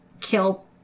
kill